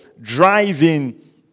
driving